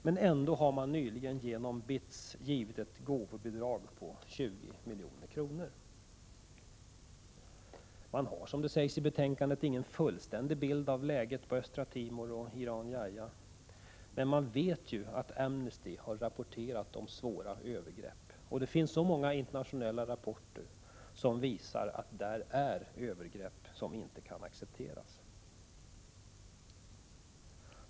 Men ändå har man nyljgen genom BITS givit gåvobidrag på 20 milj.kr. Man har — som det också sägs i betänkandet — ingen fullständig bild av läget på Östra Timor och Irian Jaya, men man vet att Amnesty har rapporterat om svåra övergrepp. Det finns många internationella rapporter som visar att där förekommer övergrepp som inte kan accepteras.